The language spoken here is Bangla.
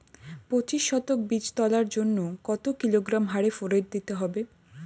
পঁচিশ শতক বীজ তলার জন্য কত কিলোগ্রাম হারে ফোরেট দিতে হবে?